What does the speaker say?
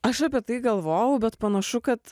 aš apie tai galvojau bet panašu kad